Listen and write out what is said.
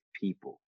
people